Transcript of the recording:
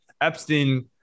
Epstein